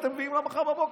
אתם מביאים לה מחר בבוקר.